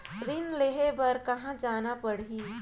ऋण लेहे बार कहा जाना पड़ही?